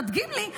תדגים לי.